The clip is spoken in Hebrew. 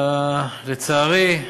לצערי,